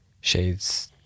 Shades